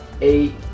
eight